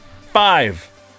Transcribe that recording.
five